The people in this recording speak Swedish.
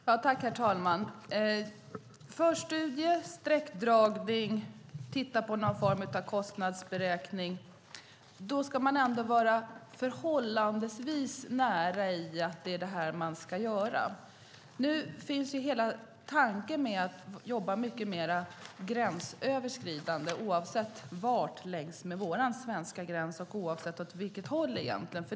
Herr talman! Det handlar om förstudier, sträckdragning och att titta på någon form av kostnadsberäkning. Då ska man ändå vara förhållandevis nära i att det är vad som ska göras. Nu finns hela tanken att jobba mer gränsöverskridande, oavsett var längs med vår svenska gräns och oavsett åt vilket håll.